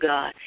God